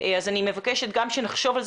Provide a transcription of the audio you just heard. ארבעה מתחמים: באילת,